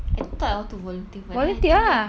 I thought I want to volunteer but then I think back